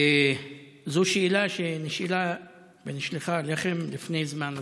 זו שאלה שנשאלה ונשלחה אליכם לפני זמן רב.